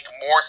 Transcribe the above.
more